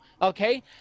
Okay